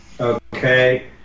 Okay